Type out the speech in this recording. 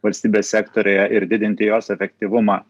valstybės sektoriuje ir didinti jos efektyvumą